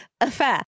affair